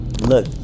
look